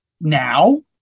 now